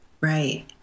Right